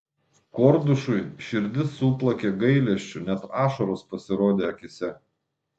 kordušui širdis suplakė gailesčiu net ašaros pasirodė akyse